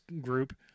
group